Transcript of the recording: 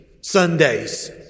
Sundays